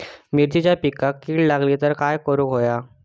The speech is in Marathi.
मिरचीच्या पिकांक कीड लागली तर काय करुक होया?